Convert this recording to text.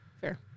Fair